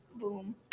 boom